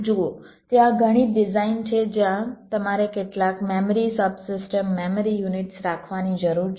જુઓ ત્યાં ઘણી ડિઝાઇન છે જ્યાં તમારે કેટલાક મેમરી સબસિસ્ટમ મેમરી યુનિટ્સ રાખવાની જરૂર છે